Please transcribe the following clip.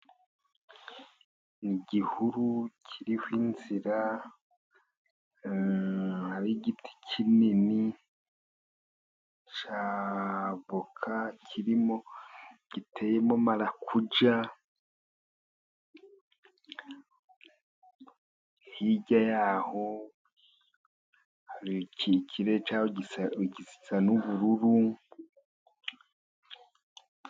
Igihuru kiriho inzira hari igiti kinini cya avoka, giteyemo marakuca hirya ya'ho hari ikirere gisa n'ubururu.